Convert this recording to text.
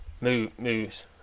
moves